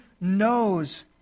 knows